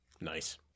Nice